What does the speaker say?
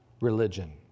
religion